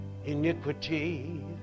iniquity